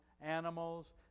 animals